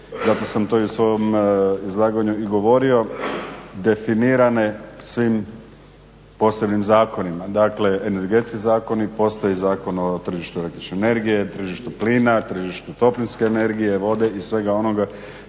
zato sam to i u svom izlaganju govorio, definirane svim posebnim zakonima. Dakle energetski zakoni, postoji zakon o tržištu el.energije, tržištu plina, tržištu toplinske energije, vode i svega onoga